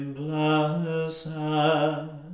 blessed